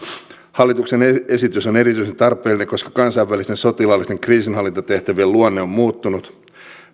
hallituksen esitys on erityisen tarpeellinen koska kansainvälisten sotilaallisten kriisinhallintatehtävien luonne on muuttunut